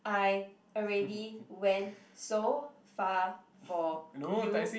I already went so far for you